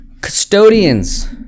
custodians